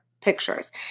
pictures